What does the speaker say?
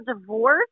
divorce